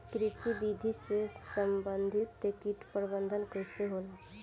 कृषि विधि से समन्वित कीट प्रबंधन कइसे होला?